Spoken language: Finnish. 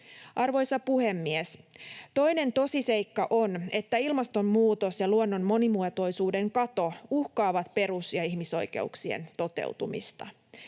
Arvoisa puhemies! Toinen tosiseikka on, että ilmastonmuutos ja luonnon monimuotoisuuden kato uhkaavat perus- ja ihmisoikeuksien toteutumista.